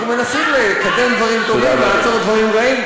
אנחנו מנסים לקדם דברים טובים, לעצור דברים רעים.